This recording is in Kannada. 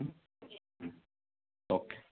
ಹ್ಞೂ ಓಕೆ